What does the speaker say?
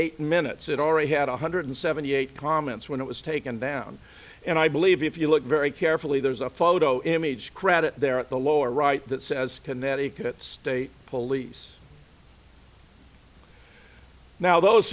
eight minutes and already had one hundred seventy eight comments when it was taken down and i believe if you look very carefully there's a photo image credit there at the lower right that says connecticut state police now those